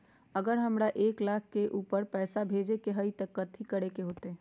अगर हमरा एक लाख से ऊपर पैसा भेजे के होतई त की करेके होतय?